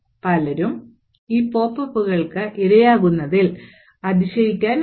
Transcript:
പലരും ഈ പോപ്പ് അപ്പുകൾക്ക് ഇരയാകുന്നതിൽ അതിശയിക്കാനില്ല